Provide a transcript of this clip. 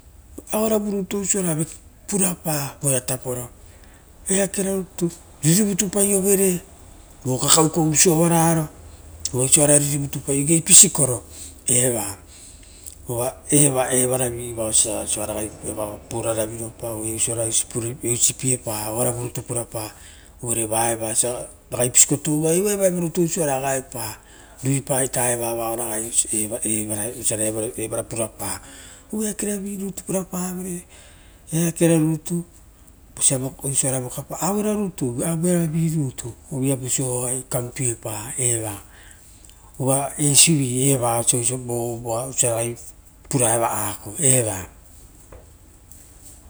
Oaravurutu oisio purapa voeataporo eakera rutu vo kakau koura, uva osia ora uvunitupaio egei pusikoro eva, uva evaravila oisa puraraviropa ova eisipiepa oaravu rutuia purapa uvare vaeva ragai pusikovi touva uva osa evoa vorutu gaepa ruipa ita vaoragai osiora evara purapa aeake ravirutu purapavere akerarutu auena rutu osa ooisio vokapa aunarutu viapaso oai kavupiepa eva uva eisivi eva osa ragai pura eva ako eva.